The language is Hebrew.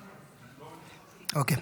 אוקיי,